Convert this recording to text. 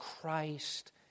Christ